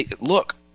Look